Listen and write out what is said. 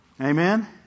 Amen